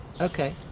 Okay